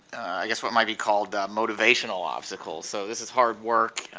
i guess what might be called motivational obstacles, so this is hard work,